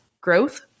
growth